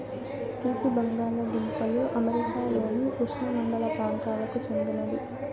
తీపి బంగాలదుంపలు అమెరికాలోని ఉష్ణమండల ప్రాంతాలకు చెందినది